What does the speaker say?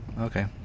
Okay